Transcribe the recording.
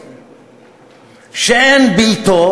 יש לו,